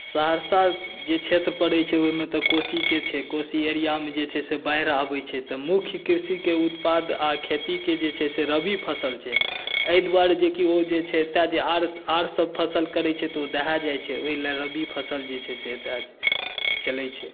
सहरसा जे क्षेत्र पड़ैत छै ओहिमे तऽ कोशी के छै कोशी एरीयामे जे छै से बाढ़ि आबैत छै तऽ मुख्य कृषिके उत्पाद आ खेती के जे छै से रबी फसल छै एहि दुआरे जे कि ओ जे छै एतय जे आर आरसभ फसल करैत छै तऽ ओ दहाए जाइत छै ओहिलेल रबी फसल जे छै से एतय चलैत छै